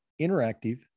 interactive